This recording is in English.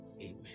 amen